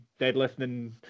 deadlifting